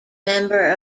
member